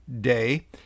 day